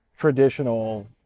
Traditional